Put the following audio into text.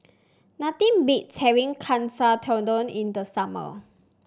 nothing beats having Katsu Tendon in the summer